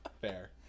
fair